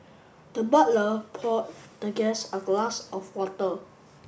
the butler poured the guest a glass of water